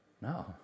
no